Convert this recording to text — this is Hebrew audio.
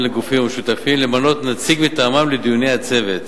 לגופים השותפים למנות נציג מטעמם לדיוני הצוות.